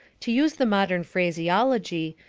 to use the modern phraseology,